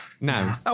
No